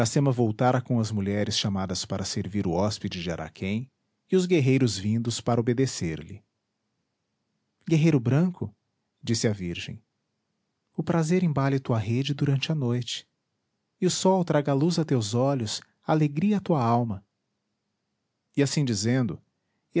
iracema voltara com as mulheres chamadas para servir o hóspede de araquém e os guerreiros vindos para obedecer-lhe guerreiro branco disse a virgem o prazer embale tua rede durante a noite e o sol traga luz a teus olhos alegria à tua alma e assim dizendo